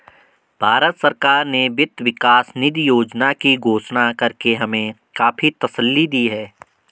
भारत सरकार ने वित्त विकास निधि योजना की घोषणा करके हमें काफी तसल्ली दी है